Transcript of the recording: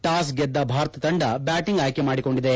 toss ಗೆದ್ದ ಭಾರತ ತಂಡ batting ಆಯ್ಕೆ ಮಾಡಿಕೊಂಡಿದೆ